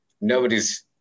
nobody's